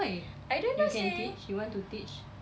why you can teach you want to teach